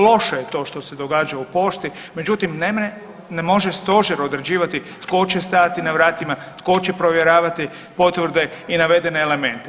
Loše je to što se događa u pošti, međutim nemre, ne može stožer određivati tko će stajati na vratima, tko će provjeravati potvrde i navedene elemente.